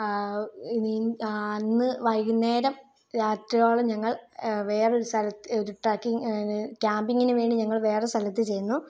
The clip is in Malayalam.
നീ അന്ന് വൈകുന്നേരം രാത്രിയോളം ഞങ്ങൾ വേറൊരു സ്ഥലത്ത് ഒരു ട്രക്കിങ് കാമ്പിങ്ങിനുവേണ്ടി ഞങ്ങൾ വേറെ സ്ഥലത്ത് ചെന്നു